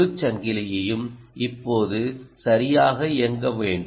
முழு சங்கிலியும் இப்போது சரியாக இயங்க வேண்டும்